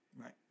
Right